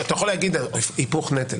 אתה יכול לומר: היפוך נטל.